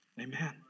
Amen